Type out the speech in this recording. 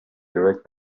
direct